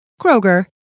Kroger